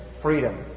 freedom